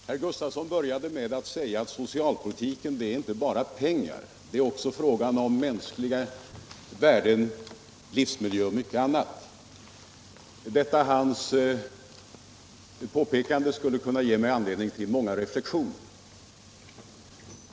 Herr talman! Herr Gustavsson började med att säga att socialpolitiken inte bara gäller pengar. Det är också fråga om mänskliga värden, livsmiljö och mycket annat. Detta hans påpekande skulle kunna ge mig anledning till många reflexioner.